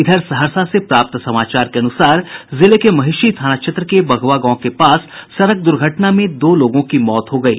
इधर सहरसा से प्राप्त समाचार के अनुसार जिले के महिषी थाना क्षेत्र के बघवा गांव के निकट सड़क द्र्घटना में दो लोगों की मौत हो गयी